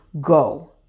go